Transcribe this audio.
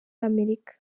amerika